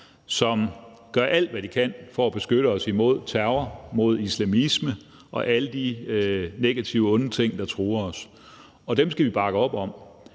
som gør alt, hvad de kan, for at beskytte os imod terror, mod islamisme og alle de negative og onde ting, der truer os. De medarbejdere skal vi bakke op om;